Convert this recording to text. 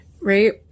right